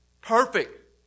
Perfect